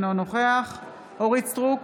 אינו נוכח אורית מלכה סטרוק,